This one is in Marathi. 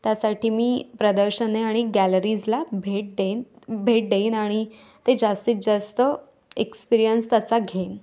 त्यासाठी मी प्रदर्शने आणि गॅलरीजला भेट देईन भेट देईन आणि ते जास्तीत जास्त एक्सपीरियन्स त्याचा घेईन